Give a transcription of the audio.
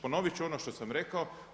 Ponovit ću ono što sam rekao.